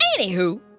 Anywho